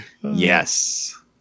Yes